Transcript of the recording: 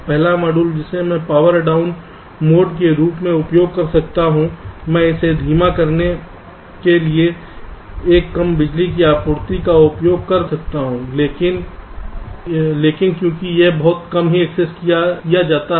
पहला मॉड्यूल जिसे मैं पावर डाउन मोड के रूप में उपयोग कर सकता हूं मैं इसे धीमा करने के लिए एक कम बिजली की आपूर्ति का उपयोग कर सकता हूं लेकिन क्योंकि यह बहुत कम ही एक्सेस किया जाता है